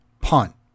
punt